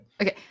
Okay